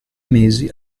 mesi